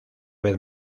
vez